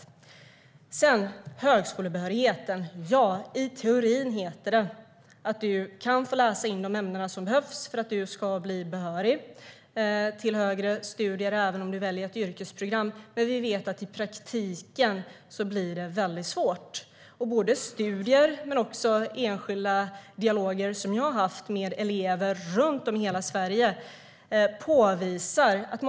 När det gäller högskolebehörigheten heter det i teorin att du kan få läsa in de ämnen som behövs för att du ska bli behörig till högre studier även om du väljer ett yrkesprogram. Men vi vet att i praktiken blir det väldigt svårt. Både studier och enskilda dialoger som jag har haft med elever runt om i hela Sverige påvisar det.